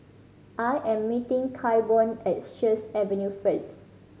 I am meeting Claiborne at Sheares Avenue first